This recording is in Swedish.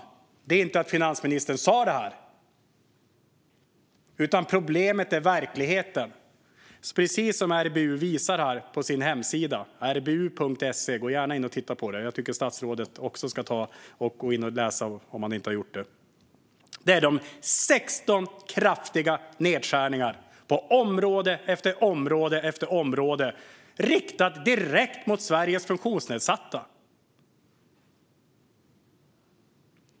Problemet är inte att finansministern sa detta, utan problemet är verkligheten. Det är precis som RBU visar på sin hemsida rbu.se. Gå gärna in och titta på det. Jag tycker att statsrådet också ska gå in och läsa om han inte har gjort det. Det är 16 kraftiga nedskärningar på område efter område som är riktade direkt mot Sveriges funktionsnedsatta.